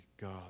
God